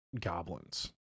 goblins